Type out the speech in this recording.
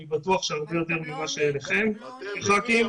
אני בטוח שהרבה יותר מאשר אליכם חברי הכנסת.